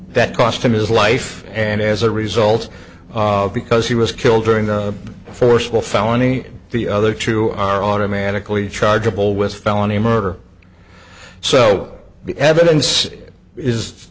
that cost him his life and as a result because he was killed during the forcible felony the other two are automatically chargeable with felony murder so the evidence is